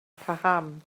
paham